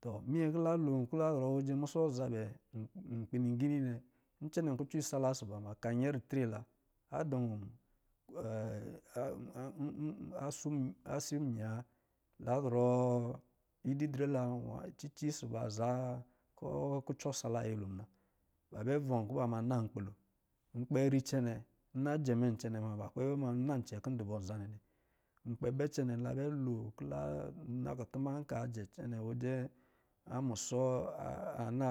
Tɔ minyɛ kɔ̄ la lo ɔsɔ̄ ba musɔ zabɛ nnɛ nkpi ligini nnɛ ncɛnɛ kucɔ isala nsɔ̄ ba munɔ ka nyɛrimela a dɔ̄ asi miya la zɔrɔ idirɛ la ɔsɔ ba za kɔ̄ kucɔ sala nyɛlo muna bɛ vɔn kɔ̄ ma nan nkpi lo nkpɛ ricɛnɛ nna jɛmɛ cɛnɛ muna ba kpɛ bɛ ma na cɛ kɔ̄ ndɔ̄ nza nnɛ nnɛ, nkpɛ cɛnɛ ha bɛ lo kɔ̄ la nakuma naa jɛ cɛnɛ wejɛ a musɔ a ana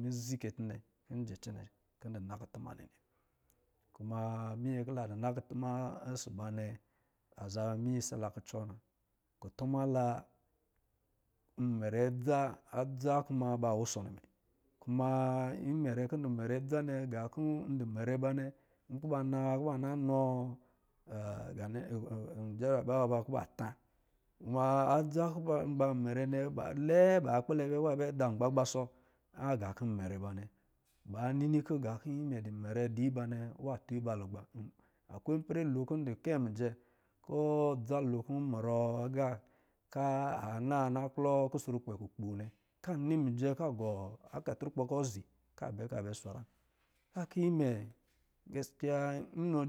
mizi kɛ tɔ nnɛ kɔ̄ njɛ cɛnɛ kɔ̄ nda na kutuma nnɛ kuma iniyɛ kɔ̄ la dɔ̄ na kutuma nsɔ ba nnɛ aza mmyɛ mimyɛ isala kucɔ na kutumala nmarɛ adza, adza kuma ba wusɔ nimɛ bɔ kuma imɛrc kɔ̄ ndɔ̄ mɛrɛ adza nnc kɔ̄ ndɔ mɛrɛ adza nnɛ gā kɔ̄ ndō mɛrɛ ba nnɛ nkɔ̄ ba naba kɔ̄ ba na nɔ jaraba ba bɔ kɔ̄ ba ta adza kɔ̄ ba mɛrɛ nnɛ ba lɛ bu kpɛlɛbɛ kɔ̄ ba bɛ dan gbagbasɔ agā kɔ̄ ndɔ̄ mɛrɛ ba nnɛ ba nini kɔ̄ gā kɔ̄ mɛ dɔ̄ mɛrɛ dɔ̄ iba nnɛ nwa to iba wgba. Ipɛra lo kɔ̄ dɔ̄ kɛ myɛ dza lo kɔ̄ nmorɔ agā ka a na na dɔ kuskukpɛ kukpo nnɛ ka nini mijɛ ka gɔ akatrukpo kɔ̄ zi ka bɛ ka bɛ swara ka kɔ̄ imɛ gasikiya inɔ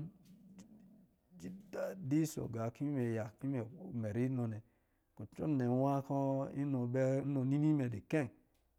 jɛdadi ɔsɔ̄ gan kɔ̄ mɛ yaka kɔ̄ mɛ mɛrɛ inɔ nnɛ kucɔ nnɛ wa kɔ̄ inɔ nini mɛ dɛ kɛ